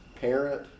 parent